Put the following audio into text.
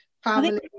Family